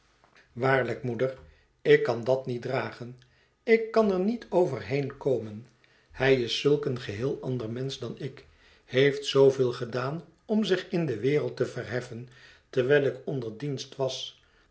waarlijk moeder ik kan dat niet dragen ik kan er niet overheen komen hij is zulk een geheel ander mensch dan ik heeft zooveel gedaan om zich in de wereld te verheffen terwijl ik onder dienst was